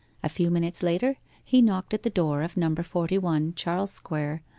a few minutes later he knocked at the door of number forty-one, charles square,